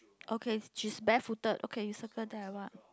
okay she's barefooted okay you circle that one